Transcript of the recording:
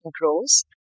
grows